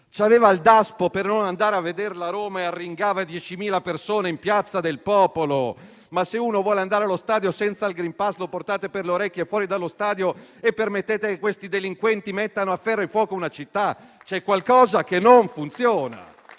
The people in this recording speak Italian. e il Daspo per non andare a vedere la Roma, tuttavia arringava 10.000 persone in Piazza del Popolo. Se uno vuole andare allo stadio senza il *green pass*, lo portate fuori per le orecchie e tuttavia permettete che questi delinquenti mettano a ferro e fuoco una città. C'è qualcosa che non funziona,